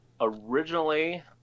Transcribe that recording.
Originally